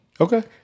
Okay